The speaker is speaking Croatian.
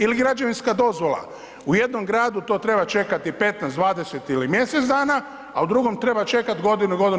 Ili građevinska dozvola, u jednom gradu to treba čekati 15, 20 ili mjesec dana, a u drugom treba čekati 1, 1,5 godinu.